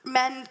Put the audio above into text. men